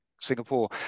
Singapore